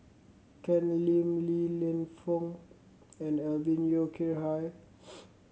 Ken Lim Li Lienfung and Alvin Yeo Khirn Hai